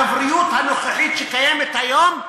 הגבריות הנוכחית, שקיימת היום,